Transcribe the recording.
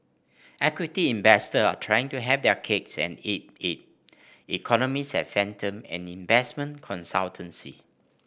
equity investors are trying to have their cakes and eat it economists at Fathom an investment consultancy